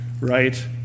right